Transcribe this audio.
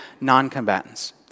non-combatants